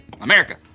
America